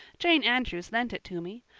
jane andrews lent it to me.